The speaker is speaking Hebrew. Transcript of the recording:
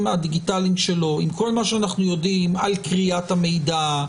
הדיגיטליים שלו עם כל מה שאנחנו יודעים על כריית המידע,